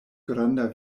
granda